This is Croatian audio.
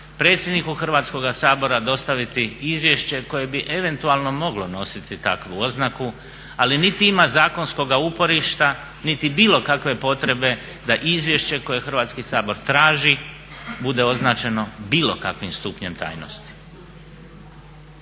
predsjedniku Hrvatskoga sabora dostaviti izvješće koje bi eventualno moglo nositi takvu oznaku. Ali niti ima zakonskoga uporišta niti bilo kakve potrebe da izvješće koje Hrvatski sabor traži bude označeno bilo kakvim stupnjem tajnosti.